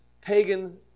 pagan